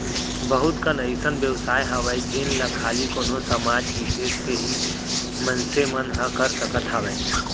बहुत कन अइसन बेवसाय हावय जेन ला खाली कोनो समाज बिसेस के ही मनसे मन ह कर सकत हावय